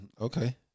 Okay